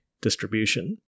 distribution